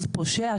קודם כל,